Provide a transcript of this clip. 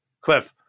Cliff